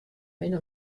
min